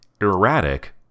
erratic